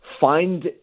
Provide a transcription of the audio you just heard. find